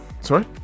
Sorry